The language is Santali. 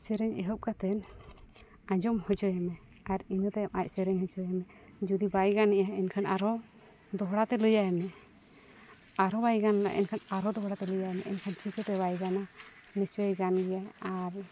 ᱥᱮᱨᱮᱧ ᱮᱦᱚᱵᱽ ᱠᱟᱛᱮᱫ ᱟᱸᱡᱚᱢ ᱦᱚᱪᱚᱭᱮᱢᱮ ᱟᱨ ᱤᱱᱟᱹᱛᱟᱭᱚᱢ ᱟᱡᱽ ᱥᱮᱨᱮᱧ ᱦᱚᱪᱚᱭᱮᱢᱮ ᱡᱩᱫᱤ ᱵᱟᱭ ᱜᱟᱱᱮᱜᱼᱟ ᱮᱱᱠᱷᱟᱱ ᱟᱨᱚ ᱫᱚᱦᱲᱟᱛᱮ ᱞᱟᱹᱭᱟᱭᱼᱢᱮ ᱟᱨᱚ ᱵᱟᱭ ᱜᱟᱱᱫᱟ ᱮᱱᱠᱷᱟᱱ ᱟᱨᱚ ᱫᱚᱦᱲᱟᱛᱮ ᱞᱟᱹᱭᱟᱭᱼᱢᱮ ᱮᱱᱠᱷᱟᱱ ᱪᱤᱠᱟᱹᱛᱮ ᱵᱟᱭ ᱜᱟᱱᱟ ᱱᱤᱥᱪᱳᱭᱮ ᱜᱟᱱ ᱜᱮᱭᱟ ᱟᱨ